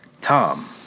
Tom